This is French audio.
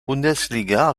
bundesliga